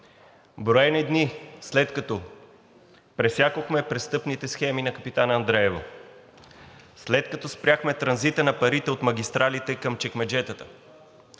Броени дни, след като пресякохме престъпните схеми на „Капитан Андреево“, след като спряхме транзита на парите от магистралите към чекмеджетата,